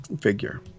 figure